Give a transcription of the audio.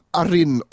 arin